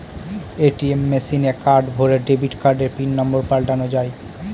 ATM মেশিনে card ভোরে debit কার্ডের পিন নম্বর পাল্টানো যায়